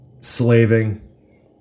slaving